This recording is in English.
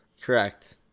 Correct